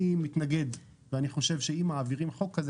אני מתנגד ואני חושב שאם מעבירים חוק כזה,